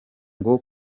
ngo